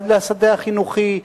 לשדה החינוכי,